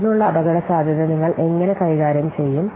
അതിനുള്ള അപകടസാധ്യത നിങ്ങൾ എങ്ങനെ കൈകാര്യം ചെയ്യും